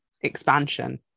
expansion